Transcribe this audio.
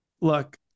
Look